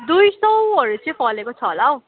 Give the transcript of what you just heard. दुई सयहरू चाहिँ फलेको छ होला हौ